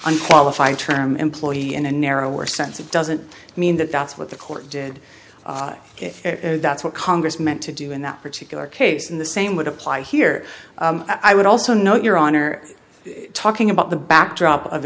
unqualified term employee in a narrower sense it doesn't mean that that's what the court did that's what congress meant to do in that particular case in the same would apply here i would also note your honor talking about the backdrop of